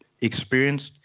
experienced